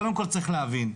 קודם כל צריך להבין,